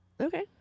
okay